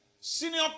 Senior